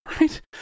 right